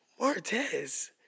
Martez